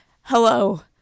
hello